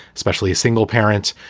especially a single parent.